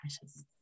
precious